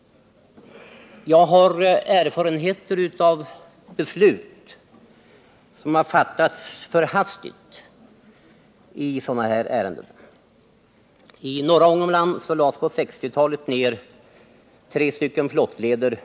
Jag har erfarenheter av beslut som har fattats för hastigt i sådana här ärenden. I norra Ångermanland lades på 1960-talet tre flottleder ner.